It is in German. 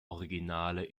originale